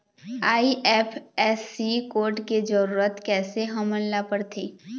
IFSC code के जरूरत कैसे हमन ला पड़थे?